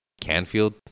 Canfield